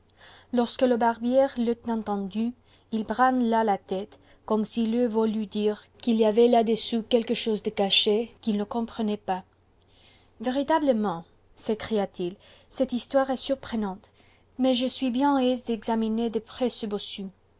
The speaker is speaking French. lorsque le barbier l'eut entendue il branla la tête comme s'il eût voulu dire qu'il y avait là-dessous quelque chose de caché qu'il ne comprenait pas véritablement s'écria-t-il cette histoire est surprenante mais je suis bien aise d'examiner de